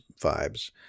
vibes